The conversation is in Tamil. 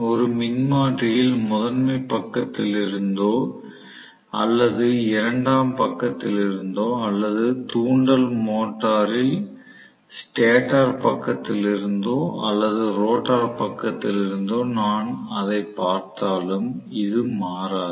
ஒரு மின்மாற்றியில் முதன்மை பக்கத்திலிருந்தோ அல்லது இரண்டாம் பக்கத்திலிருந்தோ அல்லது தூண்டல் மோட்டரில் ஸ்டேட்டர் பக்கத்திலிருந்தோ அல்லது ரோட்டார் பக்கத்திலிருந்தோ நான் அதைப் பார்த்தாலும் இது மாறாது